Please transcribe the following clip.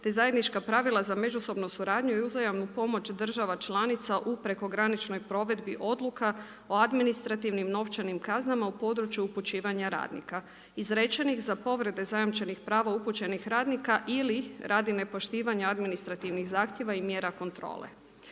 te zajednička pravila za međusobnu suradnju i uzajamnu pomoć država članica u preko graničnoj provedbi odluka o administrativnim novčanim kaznama u području upućivanju radnika izrečenih za povrede zajamčenih prava upućenih radnika ili radi nepoštivanja administrativnih zahtjeva i mjera kontrole.